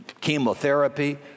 chemotherapy